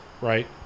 right